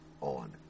on